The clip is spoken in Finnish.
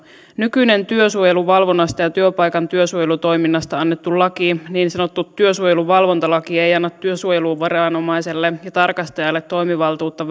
nykyinen työsuojeluvalvonnasta ja työpaikan työsuojelutoiminnasta annettu laki niin sanottu työsuojelun valvontalaki ei ei anna työsuojeluviranomaiselle ja tarkastajalle toimivaltuutta